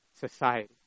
society